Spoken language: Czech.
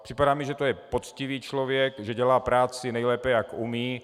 Připadá mi, že to je poctivý člověk, že dělá práci nejlépe, jak umí.